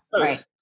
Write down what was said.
right